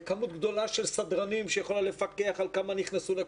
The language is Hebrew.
כמות גדולה של סדרנים שיכולה לפקח על כמויות היוצאים והנכנסים.